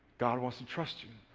god wants to trust you.